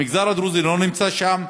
המגזר הדרוזי לא נמצא שם.